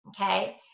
okay